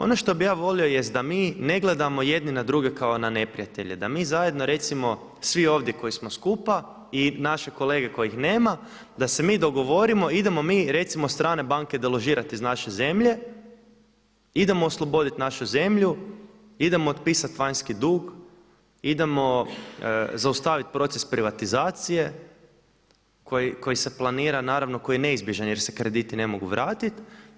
Ono što bih ja volio jest da mi ne gledamo jedni na druge kao na neprijatelje, da mi zajedno recimo svi ovdje koji smo skupa i naše kolege kojih nema da se mi dogovorimo idemo mi recimo strane banke deložirati iz naše zemlje, idemo osloboditi našu zemlju, idemo otpisati vanjski dug, idemo zaustaviti proces privatizacije koji se planira naravno, koji je neizbježan jer se krediti ne mogu vratiti.